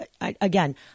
Again